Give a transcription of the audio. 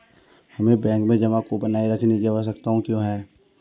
हमें बैंक में जमा को बनाए रखने की आवश्यकता क्यों है?